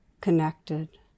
connected